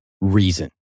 reason